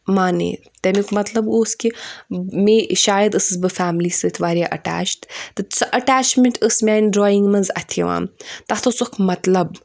مانے تَمیُک مطلب اوس کہِ مے شایَد ٲسٕس بہٕ فیملی سۭتۍ واریاہ اَٹَیٚچ تہٕ سُہ اَٹَیٚچمؠنٛٹ ٲس مِیانہِ ڈرایِنٛگ منٛز اَتھِ یِوان تَتھ اوس اَکھ مطلب